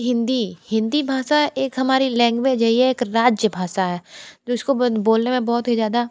हिंदी हिंदी भाषा एक हमारी लैंग्वेज है ये एक राज्य भाषा है तो इसको बोलना में बहुत ही ज़्यादा